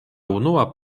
unua